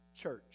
Church